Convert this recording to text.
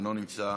אינו נמצא,